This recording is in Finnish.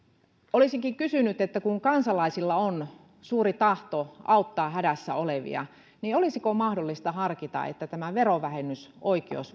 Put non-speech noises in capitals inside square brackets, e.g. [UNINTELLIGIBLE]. olisinkin kysynyt kun kansalaisilla on suuri tahto auttaa hädässä olevia olisiko mahdollista harkita että tämä verovähennysoikeus [UNINTELLIGIBLE]